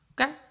Okay